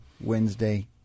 Wednesday